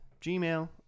Gmail